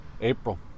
April